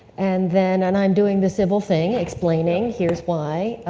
and then, and i'm doing the civil thing, explaining, here's why,